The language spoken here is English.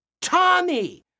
Tommy